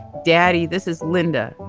daddy, this is linda.